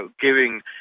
giving